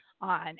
on